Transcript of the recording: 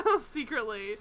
secretly